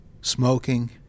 Smoking